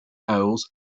owls